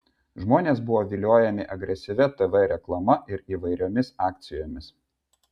žmonės buvo viliojami agresyvia tv reklama ir įvairiomis akcijomis